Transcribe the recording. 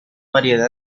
variedad